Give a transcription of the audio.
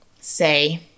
say